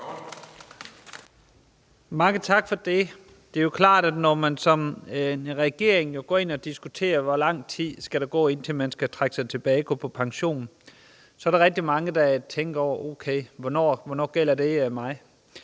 Mange tak for det. Det er jo klart, at når en regering går ud og diskuterer, hvor lang tid der skal gå, før man skal trække sig tilbage og gå på pension, så er der rigtig mange, der tænker: Okay, hvornår gælder det mig?